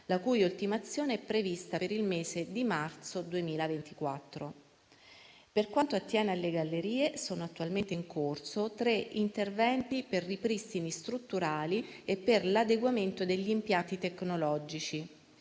l'ultimazione per il mese di marzo 2024. Per quanto attiene alle gallerie, sono attualmente in corso tre interventi per ripristini strutturali e per l'adeguamento degli impianti tecnologici.